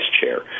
chair